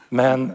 men